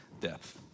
death